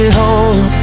home